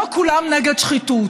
לא כולם נגד שחיתות.